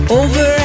over